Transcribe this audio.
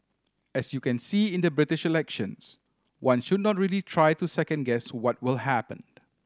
as you can see in the British elections one should not really try to second guess what will happen